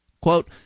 Quote